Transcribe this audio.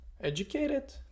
educated